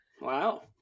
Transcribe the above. Wow